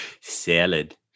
Salad